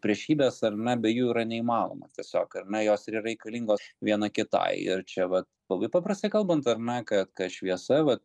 priešybės ar ne be jų yra neįmanoma tiesiog ar ne jos yra reikalingos viena kitai ir čia vat labai paprastai kalbant ar ne kad kad šviesa vat